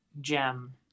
gem